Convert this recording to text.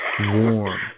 warm